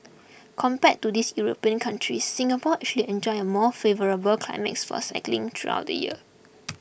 compared to these European countries Singapore actually enjoy a more favourable climate for cycling throughout the year